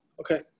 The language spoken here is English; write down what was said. Okay